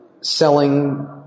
selling